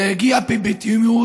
זה הגיע בפתאומיות,